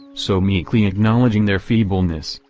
so meekly acknowledging their feebleness,